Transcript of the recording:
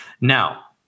Now